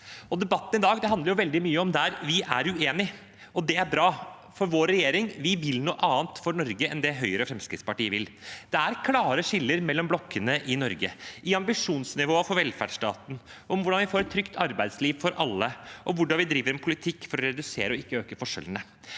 Debatten i dag handler veldig mye om områder der vi er uenige. Det er bra, for vår regjering vil noe annet for Norge enn det Høyre og Fremskrittspartiet vil. Det er klare skiller mellom blokkene i Norge – i ambisjonsnivået for velferdsstaten, om hvordan vi får et trygt arbeidsliv for alle, og om hvordan vi driver en politikk for å redusere og ikke øke forskjellene.